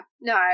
no